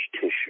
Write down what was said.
tissue